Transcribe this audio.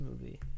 movie